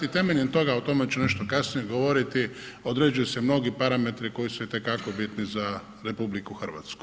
I temeljem toga a o tome ću nešto kasnije govoriti određuju se mnogi parametri koji su itekako bitni za RH.